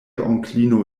onklino